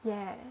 yes